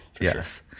Yes